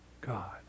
God